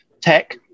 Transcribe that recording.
tech